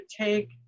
take